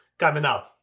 coming up!